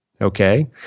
Okay